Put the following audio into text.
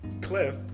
cliff